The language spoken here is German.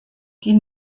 die